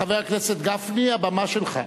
חבר הכנסת גפני, הבמה שלך.